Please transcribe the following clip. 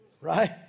Right